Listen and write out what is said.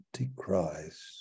Antichrist